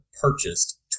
purchased